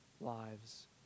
lives